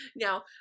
now